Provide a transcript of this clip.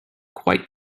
quite